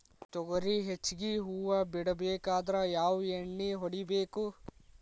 ತೊಗರಿ ಹೆಚ್ಚಿಗಿ ಹೂವ ಬಿಡಬೇಕಾದ್ರ ಯಾವ ಎಣ್ಣಿ ಹೊಡಿಬೇಕು?